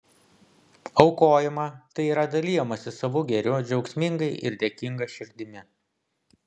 aukojama tai yra dalijamasi savu gėriu džiaugsmingai ir dėkinga širdimi